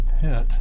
hit